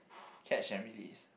catch and release